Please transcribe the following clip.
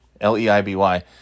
l-e-i-b-y